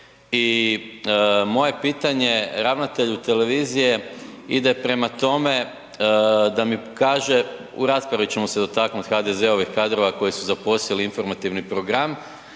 I moje pitanje ravnatelju HRT-a ide prema tome da mi kaže, u raspravi ćemo se dotaknut HDZ-ovih kadrova koji su zaposjeli informativni program,